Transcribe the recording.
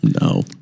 no